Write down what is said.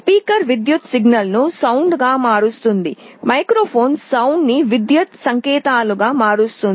speaker విద్యుత్ సిగ్నల్ను ధ్వనిగా మారుస్తుంది మైక్రోఫోన్ ధ్వనిని విద్యుత్ సంకేతాలుగా మారుస్తుంది